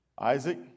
Isaac